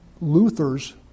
Luther's